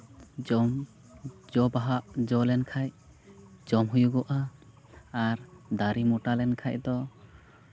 ᱡᱚᱢ ᱡᱚᱼᱵᱟᱦᱟ ᱡᱚ ᱞᱮᱱᱠᱷᱟᱡ ᱡᱚᱢ ᱦᱩᱭᱩᱜᱼᱟ ᱟᱨ ᱫᱟᱨᱮ ᱢᱳᱴᱟ ᱞᱮᱱᱠᱷᱟᱡ ᱫᱚ